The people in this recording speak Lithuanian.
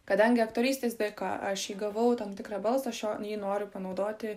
kadangi aktorystės dėka aš įgavau tam tikrą balsą aš jo jį noriu panaudoti